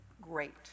great